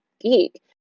geek